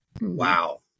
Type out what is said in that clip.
wow